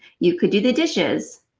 you could do the dishes,